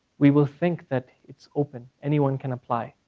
we will think that it's open, anyone can apply.